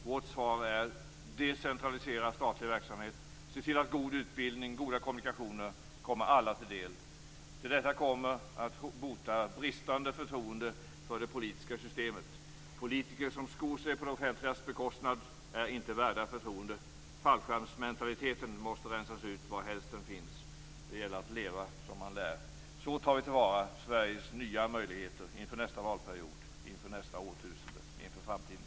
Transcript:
Vårt svar är att man skall decentralisera statlig verksamhet och att man skall se till att god utbildning och goda kommunikationer kommer alla till del. Till detta kommer att man skall bota bristande förtroende för det politiska systemet. Politiker som skor sig på det offentligas bekostnad är inte värda förtroende. Fallskärmsmentaliteten måste rensas ut varhelst den finns. Det gäller att leva som man lär. Så tar vi till vara Sveriges nya möjligheter inför nästa valperiod, inför nästa årtusende och inför framtiden.